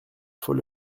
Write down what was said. faut